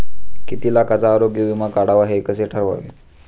किती लाखाचा आरोग्य विमा काढावा हे कसे ठरवावे?